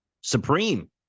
Supreme